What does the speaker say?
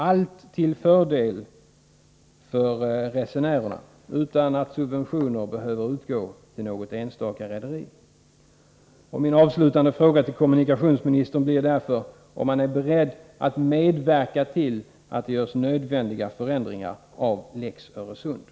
Allt detta skulle vara till fördel för resenärerna, och subventioner skulle inte behöva utgå till något enstaka rederi.